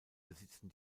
besitzen